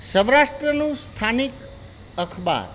સૌરાષ્ટ્રનું સ્થાનિક અખબાર